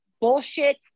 bullshit